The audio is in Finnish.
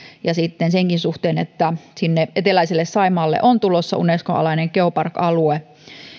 ja sitten senkin suhteen että eteläiselle saimaalle on tulossa unescon alainen geopark alue